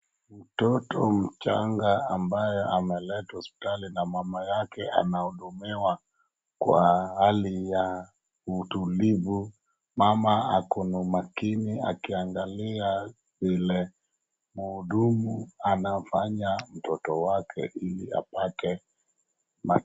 Mtoto mchanga ambaye ameletwa hospitali na mama yake anahudumiwa kwa hali ya utulivu. Mama akona umakini akiangalia vile mhudumu anafanya mtoto wake ili apate matibabu.